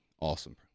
awesome